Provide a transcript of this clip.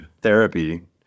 therapy